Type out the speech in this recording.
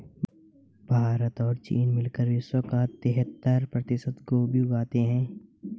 भारत और चीन मिलकर विश्व का तिहत्तर प्रतिशत गोभी उगाते हैं